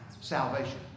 salvation